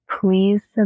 Please